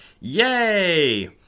Yay